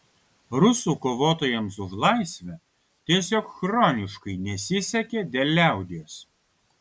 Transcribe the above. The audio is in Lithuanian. rusų kovotojams už laisvę tiesiog chroniškai nesisekė dėl liaudies